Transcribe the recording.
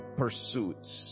pursuits